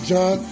John